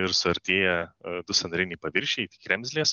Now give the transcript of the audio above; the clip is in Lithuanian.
ir suartėję du sąnariniai paviršiai tai kremzlės